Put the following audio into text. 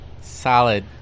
Solid